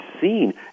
seen